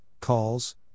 calls